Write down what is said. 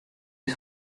les